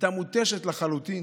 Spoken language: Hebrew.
הייתה מותשת לחלוטין,